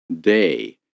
day